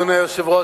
אדוני היושב-ראש,